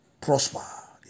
prosper